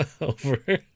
over